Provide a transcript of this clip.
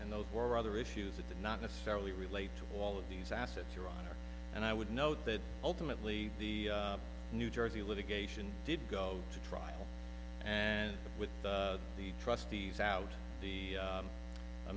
and those were other issues of the not necessarily relate to all of these assets your honor and i would note that ultimately the new jersey litigation did go to trial and with the trustees out the